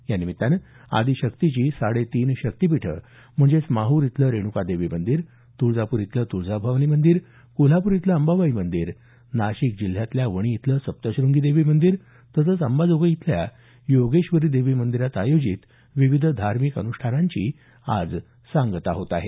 या निमित्तानं आदिशक्तीची साडे तीन शक्तीपीठं म्हणजेच माहूर इथलं रेणुका देवी मंदीर तुळजापूर इथलं तुळजा भवानी मंदीर कोल्हापूर इथलं अंबाबाई मंदीर नाशिक जिल्ह्यातल्या वणी इथलं सप्तशंगी मंदीर तसंच अंबाजोगाई इथल्या योगेश्वरी देवी मंदिरात आयोजित विविध धार्मिक अनुष्ठानांची आज सांगता होत आहे